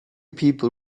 people